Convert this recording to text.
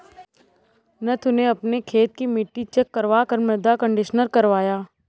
नथु ने अपने खेत की मिट्टी चेक करवा कर मृदा कंडीशनर करवाया